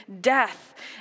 death